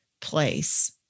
place